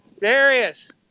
Darius